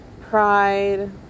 pride